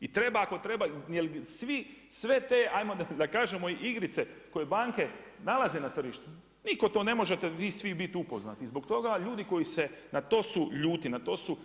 I treba, ako treba, jer bi svi sve te, ajmo da kažemo, igrice koje banke nalaze na tržištu, nitko to ne možete vi svi biti upoznati, zbog toga ljudi koji se, na to su ljuti, na to su.